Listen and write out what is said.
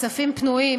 כספים פנויים